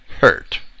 hurt